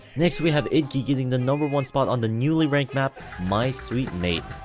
next we have idke getting the number-one spot on the newly ranked map my sweet maiden.